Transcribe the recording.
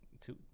two